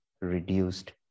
reduced